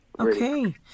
Okay